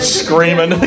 screaming